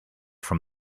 from